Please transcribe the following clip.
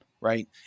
right